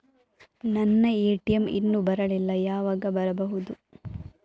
ನನ್ನ ಎ.ಟಿ.ಎಂ ಇನ್ನು ಬರಲಿಲ್ಲ, ಯಾವಾಗ ಬರಬಹುದು?